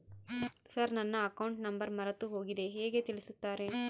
Sir ನನ್ನ account number ಮರೆತುಹೋಗಿದೆ ಹೇಗೆ ತಿಳಿಸುತ್ತಾರೆ?